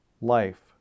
life